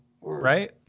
Right